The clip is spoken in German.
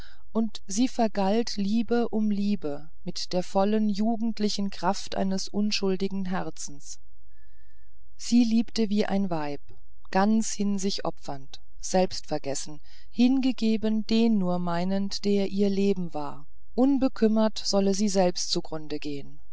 und sie vergalt liebe um liebe mit der vollen jugendlichen kraft eines unschuldigen herzens sie liebte wie ein weib ganz hin sich opfernd selbstvergessen hingegeben den nur meinend der ihr leben war unbekümmert solle sie selbst zu grunde gehen